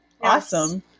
Awesome